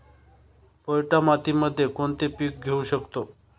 पोयटा मातीमध्ये कोणते पीक घेऊ शकतो?